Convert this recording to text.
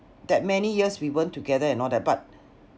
that many years we weren't together and all that but